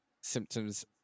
symptoms